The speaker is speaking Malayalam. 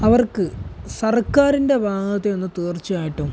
അവർക്ക് സർക്കാരിൻ്റെ ഭാഗത്തുനിന്ന് തീർച്ചയായിട്ടും